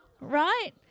right